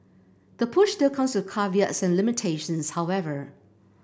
the push still comes with caveats and limitations however